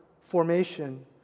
formation